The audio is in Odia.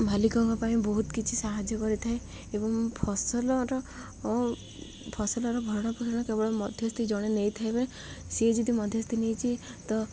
ମାଲିକଙ୍କ ପାଇଁ ବହୁତ କିଛି ସାହାଯ୍ୟ କରିଥାଏ ଏବଂ ଫସଲର ଫସଲର ଭରଣପୋଷଣ କେବଳ ମଧ୍ୟସ୍ଥି ଜଣେ ନେଇ ଥାଇିବ ସିଏ ଯଦି ମଧ୍ୟସ୍ଥି ନେଇଛି ତ